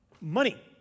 money